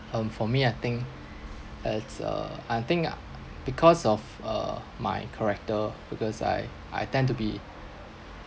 um for me I think it's uh I think ah because of uh my character because I I tend to be